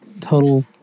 total